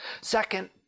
Second